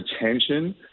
attention